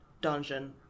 dungeon